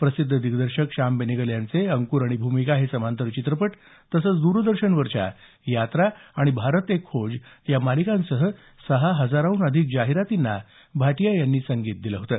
प्रसिद्ध दिग्दर्शक श्याम बेनेगल यांचे अंकूर आणि भूमिका हे समांतर चित्रपट तसंच दरदर्शनवरच्या यात्रा आणि भारत एक खोज या मालिकांसह सहा हजाराहून अधिक जाहिरातींना त्यांनी संगीत दिलं होतं